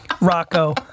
Rocco